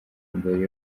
mbere